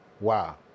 Wow